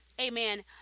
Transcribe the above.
Amen